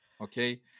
Okay